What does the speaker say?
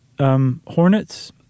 hornets